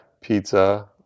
pizza